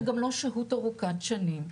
וגם לא שהות ארוכת שנים.